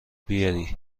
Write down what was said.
بیاری